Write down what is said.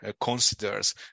considers